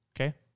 Okay